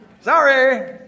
Sorry